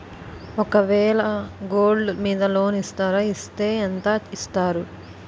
ఒక వేల గోల్డ్ మీద లోన్ ఇస్తారా? ఇస్తే ఎంత ఇస్తారు?